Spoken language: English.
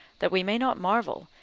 that we may not marvel,